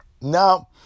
Now